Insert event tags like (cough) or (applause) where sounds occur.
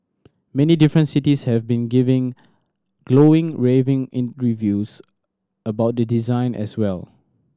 many different cities have been given glowing raving (unintelligible) about the design as well